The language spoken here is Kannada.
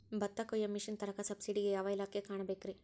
ಭತ್ತ ಕೊಯ್ಯ ಮಿಷನ್ ತರಾಕ ಸಬ್ಸಿಡಿಗೆ ಯಾವ ಇಲಾಖೆ ಕಾಣಬೇಕ್ರೇ?